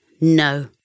no